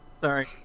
sorry